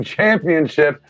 Championship